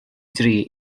dri